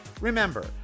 Remember